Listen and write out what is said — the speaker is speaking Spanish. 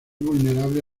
vulnerable